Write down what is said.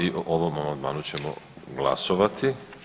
I o ovom amandmanu ćemo glasovati.